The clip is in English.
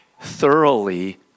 Thoroughly